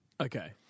Okay